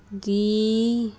ਦੀ